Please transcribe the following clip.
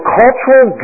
cultural